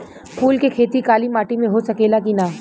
फूल के खेती काली माटी में हो सकेला की ना?